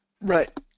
Right